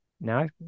now